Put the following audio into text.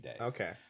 Okay